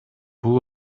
бул